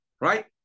right